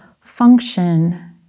function